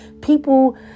people